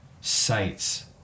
sites